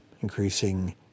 increasing